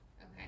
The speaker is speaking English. Okay